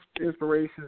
inspirations